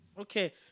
Okay